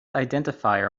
identifier